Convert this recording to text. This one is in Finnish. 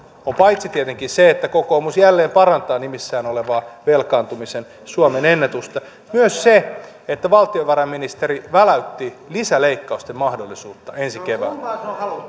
on paitsi tietenkin se että kokoomus jälleen parantaa nimissään olevaa velkaantumisen suomenennätystä myös se että valtiovarainministeri väläytti lisäleikkausten mahdollisuutta ensi keväänä